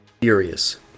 furious